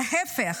להפך,